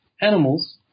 animals